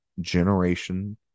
generation